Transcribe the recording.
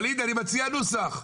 ווליד, אני מציע נוסח.